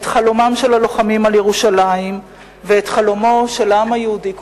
את חלומם של הלוחמים על ירושלים ואת חלומו של העם היהודי כולו,